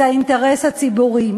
זה האינטרס הציבורי.